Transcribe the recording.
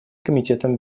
комитетом